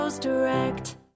Direct